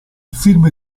film